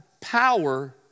power